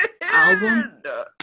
album